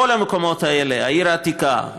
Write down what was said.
כל המקומות האלה: העיר העתיקה,